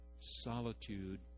solitude